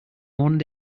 one